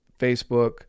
Facebook